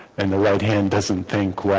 and the right hand doesn't think